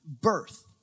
Birth